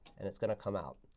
and it's going to come out.